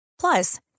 Plus